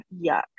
yuck